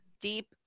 deep